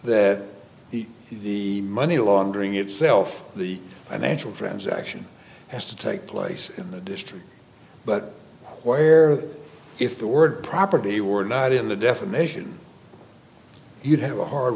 that the money laundering itself the i mentioned friends action has to take place in the district but where if the word property were not in the defamation you'd have a hard